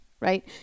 right